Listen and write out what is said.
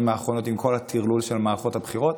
האחרונות עם כל הטרלול של מערכות הבחירות.